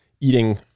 eating